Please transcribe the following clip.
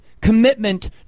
commitment